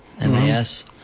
M-A-S